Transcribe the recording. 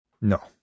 No